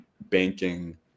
banking